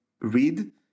read